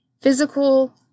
physical